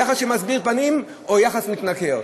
יחס שמסביר פנים, או יחס מתנכר?